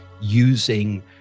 using